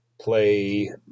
play